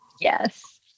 Yes